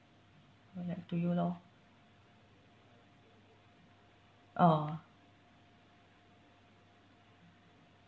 to you loh oh